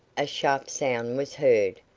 a sharp sound was heard,